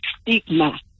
stigma